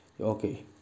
Okay